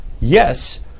yes